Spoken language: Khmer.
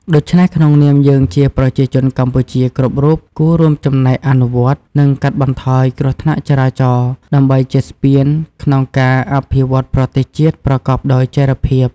ដូចនេះក្នុងនាមយើងជាប្រជាជនកម្ពុជាគ្រប់រូបគួររួមចំណែកអនុវត្ត និងកាត់បន្ថយគ្រោះថ្នាក់ចរាចរណ៍ ដើម្បីជាស្ពានក្នុងការអភិវឌ្ឍប្រទេសជាតិប្រកបដោយចីរភាព។